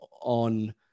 on